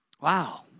Wow